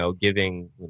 giving